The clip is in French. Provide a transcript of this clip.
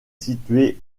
situé